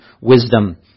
wisdom